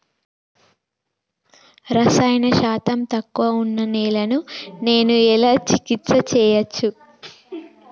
రసాయన శాతం తక్కువ ఉన్న నేలను నేను ఎలా చికిత్స చేయచ్చు?